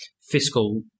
fiscal